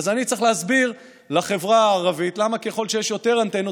אז אני צריך להסביר לחברה הערבית למה ככל שיש יותר אנטנות,